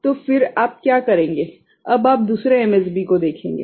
तो फिर आप क्या करेंगे आप अब दूसरे एमएसबी को देखेंगे